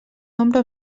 nombre